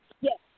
Yes